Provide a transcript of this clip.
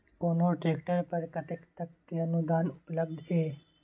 कोनो ट्रैक्टर पर कतेक तक के अनुदान उपलब्ध ये?